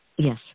Yes